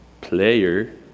player